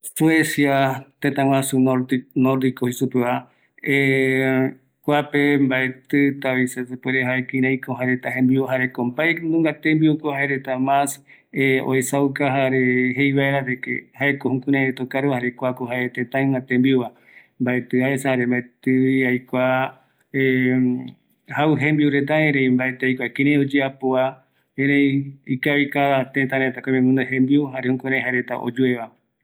Suecia tëtä nordico, kuape jaenungavi, kuareta jembiu jaeko jevae ɨ guaju rupigua, jare oïme jetavi tembiu oesauka reta, jaereta kɨaraïko oyapo jare ikaviyeye oesauka iyapova mbaetɨ yaikua, oïmeko aipo oikuauka tei